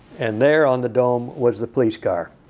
and there on the dome was the police car.